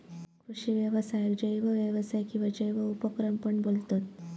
कृषि व्यवसायाक जैव व्यवसाय किंवा जैव उपक्रम पण बोलतत